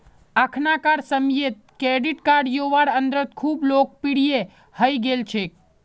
अखनाकार समयेत credit card युवार अंदरत खूब लोकप्रिये हई गेल छेक